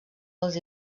dels